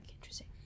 interesting